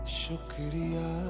shukriya